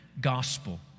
gospel